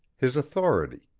his authority,